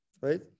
right